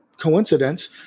coincidence